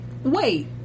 Wait